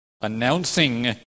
announcing